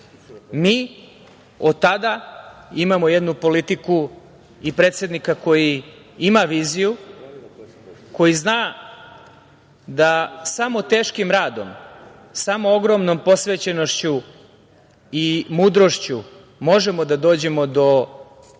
od tada imamo jednu politiku i predsednika koji ima viziju koji zna da samo teškim radom, samo ogromnom posvećenošću i mudrošću, možemo da dođemo do